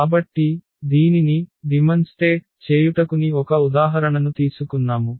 కాబట్టి దీనిని ప్రదర్శించడం చేయుటకుని ఒక ఉదాహరణను తీసుకున్నాము